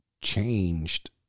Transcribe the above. changed